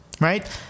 Right